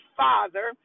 father